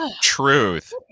truth